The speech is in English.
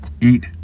eat